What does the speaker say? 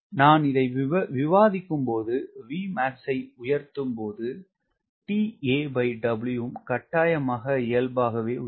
நான் இதை விவாதிக்கும் போது Vmax ஐ உயர்த்தும் போது ம் கட்டாயமாக இயல்பாகவே உயரும்